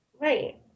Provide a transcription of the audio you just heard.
right